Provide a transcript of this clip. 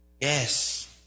Yes